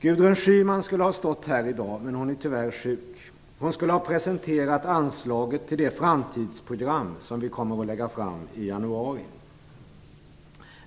Gudrun Schyman skulle ha stått här i dag, men hon är tyvärr sjuk. Hon skulle ha presenterat anslaget till det framtidsprogram som vi kommer att lägga fram i januari.